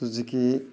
Suzuki